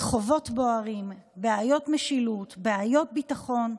רחובות בוערים, בעיות משילות, בעיות ביטחון,